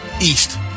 East